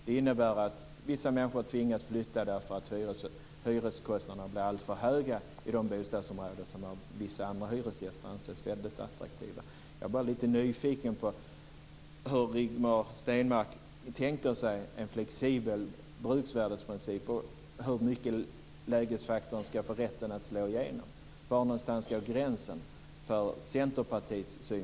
Det innebär att vissa människor tvingas att flytta därför att hyreskostnaderna blir alldeles för höga i de bostadsområden som av vissa andra hyresgäster anses väldigt attraktiva. Jag är lite nyfiken på hur Rigmor Stenmark tänker sig en flexibel bruksvärdesprincip och hur mycket hon tycker att lägesfaktorn ska få slå igenom. Var ska gränsen gå enligt Centerpartiets syn?